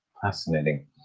fascinating